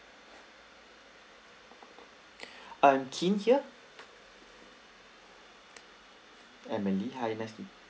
I'm kim here emily hi nice to meet you